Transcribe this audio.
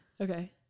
Okay